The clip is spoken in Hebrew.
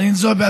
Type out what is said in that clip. חנין זועבי,